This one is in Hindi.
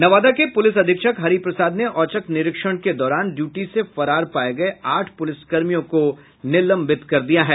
नवादा के पुलिस अधीक्षक हरि प्रसाद ने औचक निरीक्षण के दौरान ड्यूटी से फरार पाये गये आठ पुलिस कर्मियों को निलंबित कर दिया है